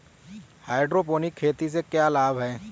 Hydroponic खेती से क्या लाभ हैं?